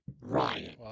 Ryan